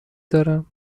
دارم